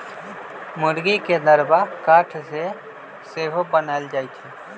मूर्गी के दरबा काठ से सेहो बनाएल जाए छै